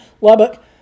Lubbock